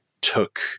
took